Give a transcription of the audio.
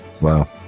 Wow